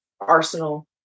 arsenal